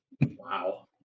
Wow